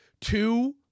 Two